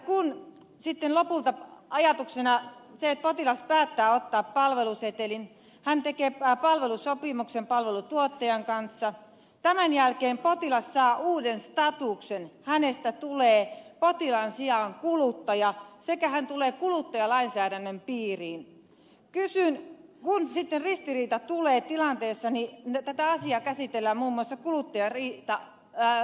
kun ajatuksena on se että potilas päättää ottaa palvelusetelin hän tekee palvelusopimuksen palveluntuottajan kanssa tämän jälkeen potilas saa uuden statuksen hänestä tulee potilaan sijaan kuluttaja ja hän tulee kuluttajalainsäädännön piiriin ja kun sitten tulee ristiriitatilanne niin tätä asiaa käsitellään muun muassa kuluttajariitalautakunnassa